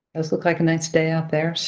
does look like a nice day out there,